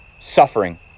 suffering